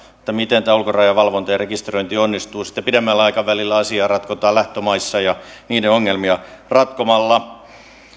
miten ulkorajavalvonta ja rekisteröinti onnistuu sitten pitemmällä aikavälillä asiaa ratkotaan lähtömaissa ja niiden ongelmia ratkomalla